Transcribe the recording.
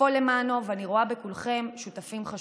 לפעול למענו, ואני רואה בכולכם שותפים חשובים.